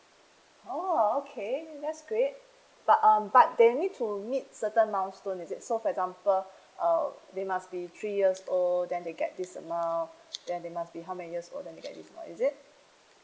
oh okay that's great but um but they need to meet certain milestone is it so for example uh they must be three years old then they get this amount then they must be how many years old then they get this amount is it